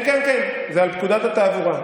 כן כן כן, זה על פקודת התעבורה.